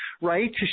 right